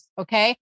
okay